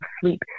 sleep